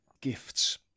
gifts